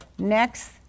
Next